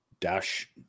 Dash